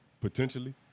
potentially